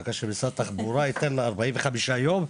מחכה שמשרד התחבורה ייתן 45 יום,